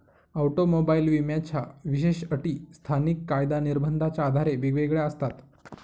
automobile विम्याच्या विशेष अटी स्थानिक कायदा निर्बंधाच्या आधारे वेगवेगळ्या असतात